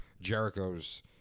jericho's